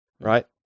right